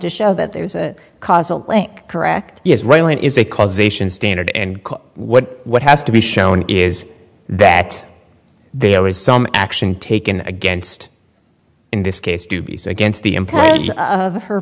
to show that there's a causal link correct israel and is a causation standard and what what has to be shown is that there is some action taken against in this case to be so against the impact of her